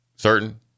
certain